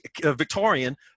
Victorian